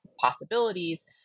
possibilities